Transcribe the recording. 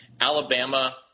Alabama